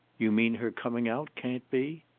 you mean her coming out can't be?